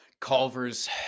Culver's